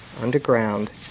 underground